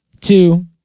two